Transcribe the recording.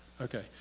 Okay